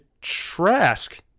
Trask